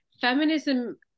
feminism